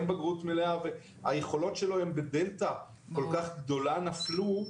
בגרות מלאה והיכולות שלו הן בדלתא כל כך גדולה נפלו,